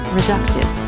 reductive